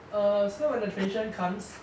err so when the tradition comes